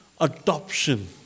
adoption